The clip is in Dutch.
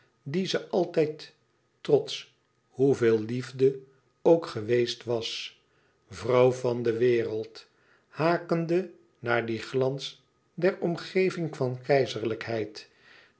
die ze altijd trots hoeveel liefde ook geweest was vrouw van de wereld hakende naar dien glan e ids aargang der omgeving van